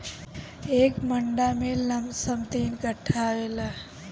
एक मंडा में लमसम तीन कट्ठा आवेला